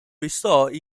resulted